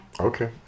Okay